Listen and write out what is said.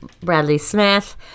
Bradley-Smith